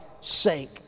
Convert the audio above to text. sake